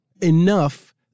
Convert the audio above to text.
enough